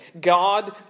God